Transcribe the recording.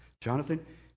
Jonathan